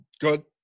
Good